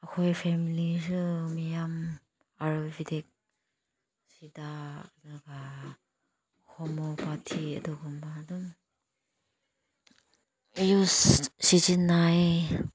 ꯑꯩꯈꯣꯏ ꯐꯦꯃꯤꯂꯤꯁꯨ ꯃꯌꯥꯝ ꯑꯥꯔꯨꯚꯦꯗꯤꯛ ꯍꯣꯃꯣꯄꯊꯤ ꯑꯗꯨꯒꯨꯝꯕ ꯑꯗꯨꯝ ꯌꯨꯁ ꯁꯤꯖꯤꯟꯅꯩ